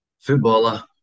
footballer